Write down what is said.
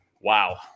Wow